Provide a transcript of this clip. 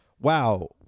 Wow